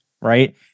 right